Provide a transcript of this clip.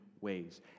ways